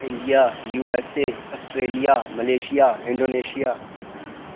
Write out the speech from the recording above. India USA Australia Malaysia Indonesia